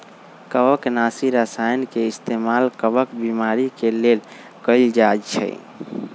कवकनाशी रसायन के इस्तेमाल कवक बीमारी के लेल कएल जाई छई